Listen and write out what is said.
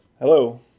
Hello